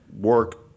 work